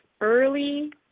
early